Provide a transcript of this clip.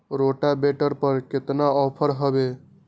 Rotavator पर केतना offer हव?